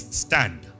stand